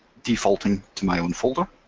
defaulting to my own folder.